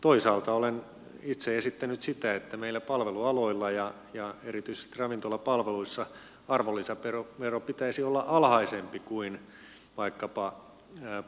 toisaalta olen itse esittänyt sitä että meillä palvelualoilla ja erityisesti ravintolapalveluissa arvonlisäveron pitäisi olla alhaisempi kuin vaikkapa